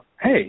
hey